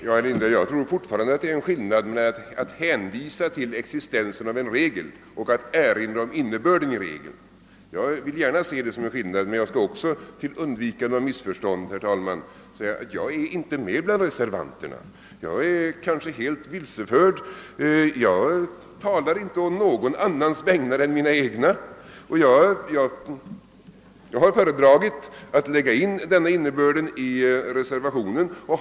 Herr talman! Jag tror fortfarande, herr Lindahl, att det är en skillnad mellan att hänvisa till existensen av en regel och att erinra om innebörden av regeln. Jag skall emellertid till undvikande av missförstånd påpeka att jag inte är med bland reservanterna. Jag är kanske helt vilseförd; jag talar inte å någon annans vägnar än mina egna, och jag har föredragit att lägga in denna innebörd i reservationen.